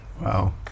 Wow